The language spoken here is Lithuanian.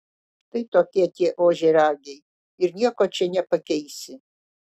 štai tokie tie ožiaragiai ir nieko čia nepakeisi